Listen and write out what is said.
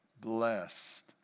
blessed